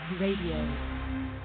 Radio